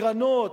קרנות,